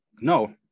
no